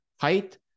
height